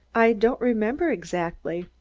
i don't remember exactly.